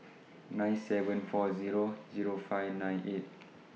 nine seven four Zero Zero five nine eight